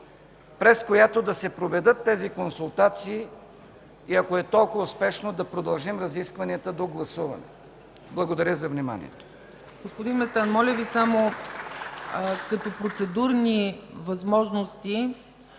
през която да се проведат тези консултации и, ако е толкова спешно, да продължим разискванията до гласуване. Благодаря за вниманието.